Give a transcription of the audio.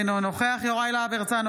אינו נוכח יוראי להב הרצנו,